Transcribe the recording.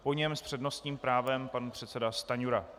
Po něm s přednostním právem pan předseda Stanjura.